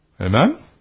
Amen